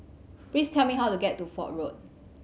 please tell me how to get to Fort Road